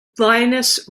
lioness